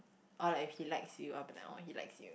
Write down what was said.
or like if he likes you I'll be like oh he likes you